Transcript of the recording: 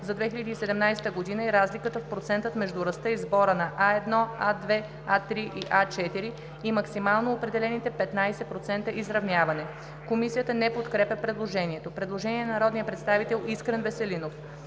за 2017 г. и разликата в процент между ръста на сбора на A1, А2, АЗ и А4 и максимално определените 15% изравняване“.“ Комисията не подкрепя предложението. Предложение на народния представител Искрен Веселинов: